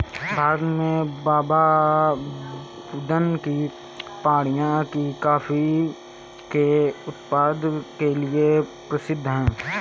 भारत में बाबाबुदन की पहाड़ियां भी कॉफी के उत्पादन के लिए प्रसिद्ध है